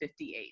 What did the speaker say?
58